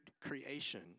creation